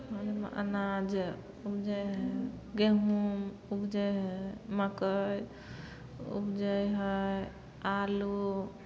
अनाज उपजै हइ गहुँम उपजै हइ मक्कइ उपजै हइ आलू